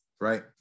Right